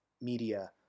media